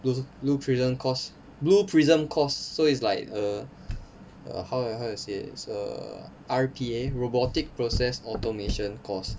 blue blue prism course blue prism course so it's like err err how how do I say it so err the R_P_A robotic process automation course